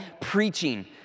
preaching